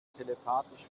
telepathisch